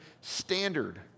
standard